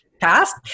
past